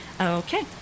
okay